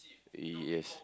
yes